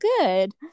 good